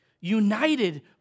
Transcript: united